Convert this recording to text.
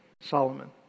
Solomon